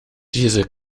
diese